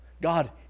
God